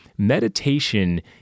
meditation